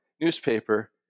newspaper